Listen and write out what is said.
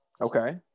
Okay